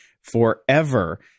forever